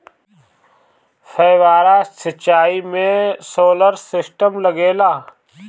फौबारा सिचाई मै सोलर सिस्टम लाग सकेला?